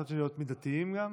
ומצד שני להיות מידתיים גם,